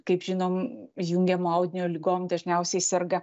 kaip žinom jungiamo audinio ligom dažniausiai serga